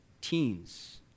teens